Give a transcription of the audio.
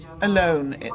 alone